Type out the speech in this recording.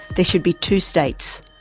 there should be two states,